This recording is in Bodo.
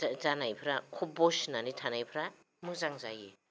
जानायफ्रा खफ बसिनानै थानायफ्रा मोजां जायो